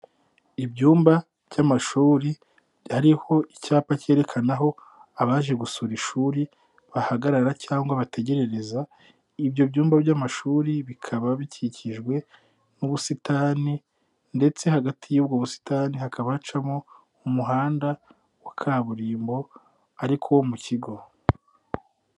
Ibyumba by'amashuri ariho icyapa cyerekana aho abaje gusura ishuri bahagarara cyangwa bategerereza, ibyo byumba by'amashuri bikaba bikikijwe n'ubusitani ndetse hagati y'ubwo busitani hakaba hacamo umuhanda wa kaburimbo ariko wo mu kigo.